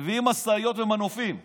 מביאים משאיות ומנופים בלילה,